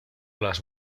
las